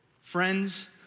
friends